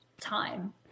time